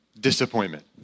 Disappointment